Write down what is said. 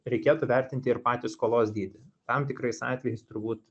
reikėtų vertinti ir patį skolos dydį tam tikrais atvejais turbūt